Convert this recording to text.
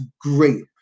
great